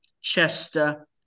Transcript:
Chester